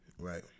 Right